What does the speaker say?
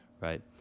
right